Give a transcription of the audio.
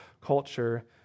culture